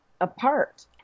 apart